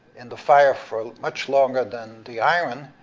in the fire for much longer than the iron,